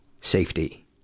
safety